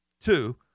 Two